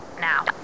now